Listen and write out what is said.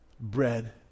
bread